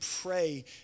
pray